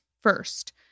First